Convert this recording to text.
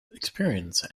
experience